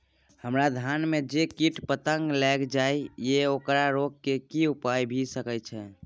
हमरा धान में जे कीट पतंग लैग जाय ये ओकरा रोके के कि उपाय भी सके छै?